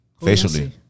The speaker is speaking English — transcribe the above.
Facially